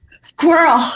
Squirrel